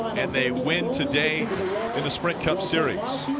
and they win today in the sprint cup series.